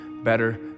better